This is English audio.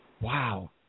Wow